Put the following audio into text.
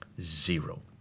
Zero